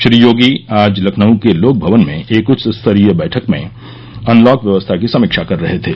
श्री योगी आज लखनऊ के लोक भवन में एक उच्चस्तरीय बैठक में अनलॉक व्यवस्था की समीक्षा कर रहे थे